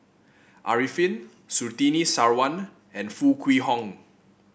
Arifin Surtini Sarwan and Foo Kwee Horng